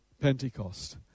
Pentecost